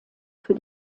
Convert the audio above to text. für